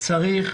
צריך